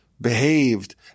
behaved